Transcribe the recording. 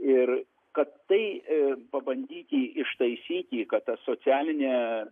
ir kad tai pabandyti ištaisyti kad ta socialinė